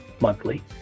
monthly